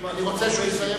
אני רוצה שהוא יסיים.